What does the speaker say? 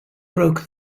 broke